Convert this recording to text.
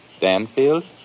Danfield